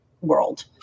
world